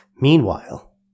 Meanwhile